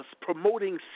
promoting